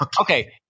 Okay